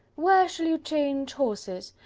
where shall you change horses?